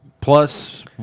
Plus